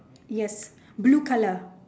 yes blue colour